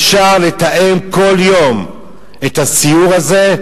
אפשר לתאם כל יום את הסיור הזה,